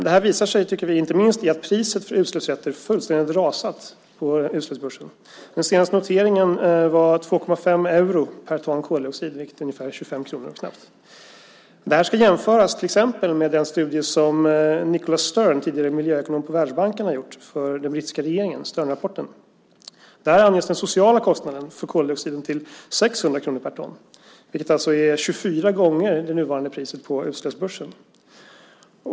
Det visar sig inte minst i att priset för utsläppsrätter fullständigt rasat på utsläppsbörsen. Den senaste noteringen var 2,5 euro per ton koldioxid, vilket är ungefär knappt 25 kr. Det ska jämföras till exempel med den studie som Nicholas Stern, tidigare miljöekonom på Världsbanken har gjort, för den brittiska regeringen, den så kallade Sternrapporten. Där anges den sociala kostnaden för koldioxiden till 600 kr per ton. Det är alltså 24 gånger det nuvarande priset på utsläppsbörsen.